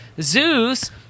Zeus